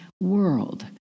world